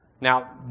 Now